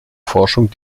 forschung